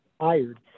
hired